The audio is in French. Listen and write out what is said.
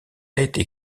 été